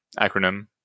acronym